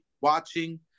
watching